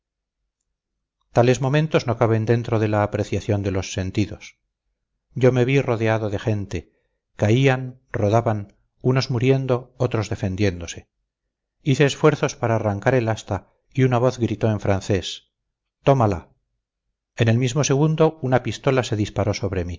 tales momentos no caben dentro de la apreciación de los sentidos yo me vi rodeado de gente caían rodaban unos muriendo otros defendiéndose hice esfuerzos para arrancar el asta y una voz gritó en francés tómala en el mismo segundo una pistola se disparó sobre mí